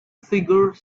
figure